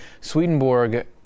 Swedenborg